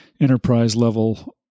enterprise-level